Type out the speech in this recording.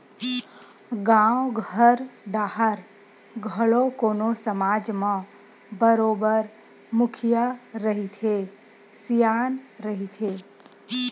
गाँव घर डाहर घलो कोनो समाज म बरोबर मुखिया रहिथे, सियान रहिथे